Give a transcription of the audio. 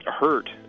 Hurt